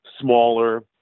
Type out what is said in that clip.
smaller